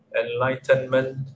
enlightenment